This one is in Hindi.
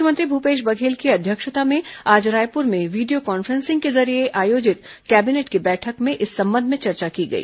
मुख्यमंत्री भूपेश बघेल की अध्यक्षता में आज रायपूर में वीडियो कॉन्फ्रेंसिंग के जरिये आयोजित कैबिनेट की बैठक में इस संबंध में चर्चा की गई